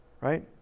right